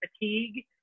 fatigue